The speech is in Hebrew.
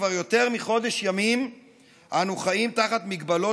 כבר יותר מחודש ימים אנו חיים תחת מגבלות